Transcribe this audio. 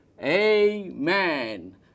Amen